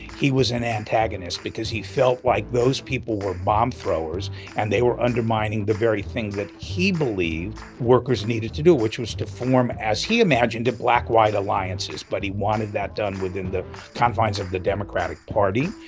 he was an antagonist because he felt like those people were bomb throwers and they were undermining the very thing that he believed workers needed to do, which was to form, as he imagined it, black-white alliances. but he wanted that done within the confines of the democratic party.